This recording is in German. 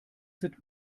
sind